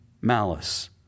malice